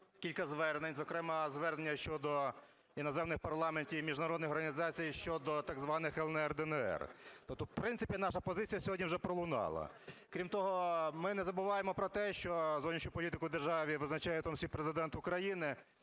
кілька звернень, зокрема звернення щодо іноземних парламентів і міжнародних організацій щодо так званих "ЛНР" і "ДНР", тобто, в принципі, наша позиція сьогодні вже пролунала. Крім того, ми не забуваємо про те, що зовнішню політику в державі визначає в тому числі і Президент України.